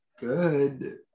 good